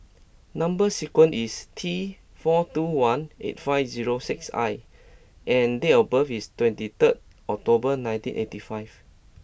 number sequence is T four two one eight five zero six I and date of birth is twenty third October nineteen eighty five